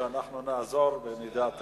אנחנו נעזור במידת האפשר.